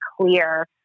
clear